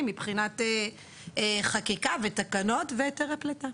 מבחינת חקיקה ותקנות והיתרי פליטה.